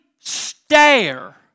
stare